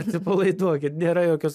atsipalaiduok ir nėra jokios